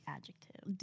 Adjective